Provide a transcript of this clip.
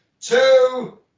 two